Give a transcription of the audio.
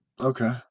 okay